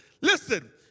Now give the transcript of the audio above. Listen